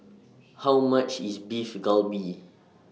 How much IS Beef Galbi